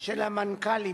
של המנכ"לים